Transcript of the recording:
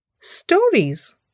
stories